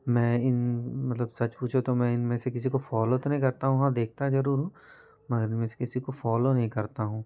मैं इन मतलब सच पूछो तो मैं इनमें से किसी को फ़ॉलो तो नहीं करता हूँ हाँ देखता ज़रूर हूँ मगर इनमें से किसी को फ़ॉलो नहीं करता हूँ